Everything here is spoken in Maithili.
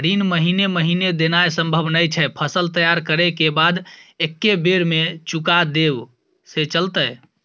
ऋण महीने महीने देनाय सम्भव नय छै, फसल तैयार करै के बाद एक्कै बेर में चुका देब से चलते?